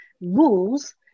rules